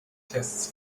tests